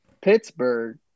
Pittsburgh